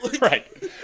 Right